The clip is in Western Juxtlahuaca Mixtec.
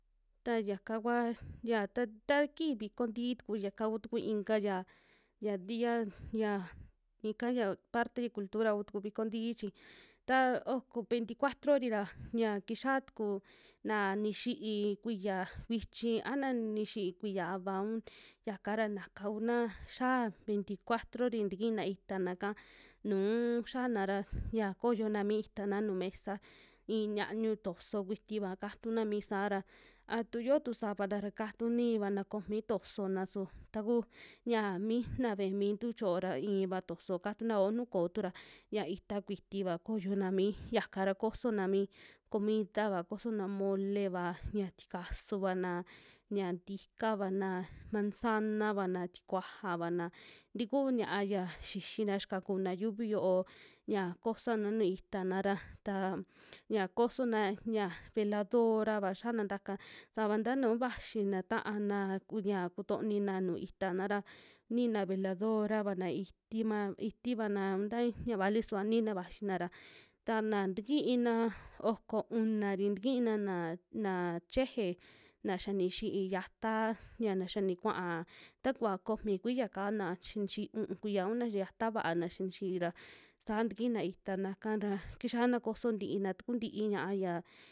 Ta yaka kua, yia ta taa kiji viko ntii tuku yaka kutuku inka ra ya, ya dia ya ika ya parte ya cultura kutuku viko ntii, chi ya oko veinticuatro'ri ra yia kixia tuku na nixi'i kuxia vichi a na nixii kuiya ava un yaka ra naka kuna xiaa veiticuatro'ri tikina itaana ka nuu xiana ra koyona mi itana nuu mesa i'in ñiañu toso kuitiva katuna mi saara a tu yotu sata ra katu nivana komi tosona, su taku ya mii na ve'e mintu choo ra i'inva toso katunao nuu koo tura ya ita kuitiva koyona mi yaka ra, kosona mi comida'va, kosona mole'va ya tikatusuvana, yia ntikavana, manzanavana, tikuajavana tiku ñia'a ya xixina xikakuna yuvi yo'o ya kosona nu itana ra ta ya kosona ya veladora'va xiana natakana, sava nta nuu vaxina ta'a ra kuya kutonina nuu itaana ra, ninaa veladora vana itima itivana nu ta yia vali suva nina vaxina ra, tana tikina oko unari tikina na, naa cheje na ya nixi'i yataa ya na xiani kuaa takuva komi kuiya'ka na xia nixi'i u'un kuiya, un na xiata vaa na xia nixi'i ra saa tikina itaana'ka ra kixiana koso ntiina tuku ntii ña'a yia.